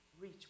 reach